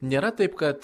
nėra taip kad